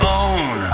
own